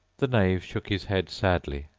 the knave shook his head sadly.